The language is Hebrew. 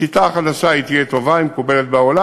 השיטה החדשה תהיה טובה, היא מקובלת בעולם.